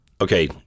Okay